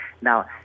Now